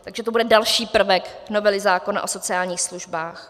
Takže to bude další prvek novely zákona o sociálních službách.